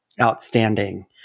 outstanding